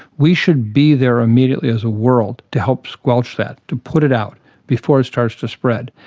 we should be there immediately as a world to help squelch that, to put it out before it starts to spread.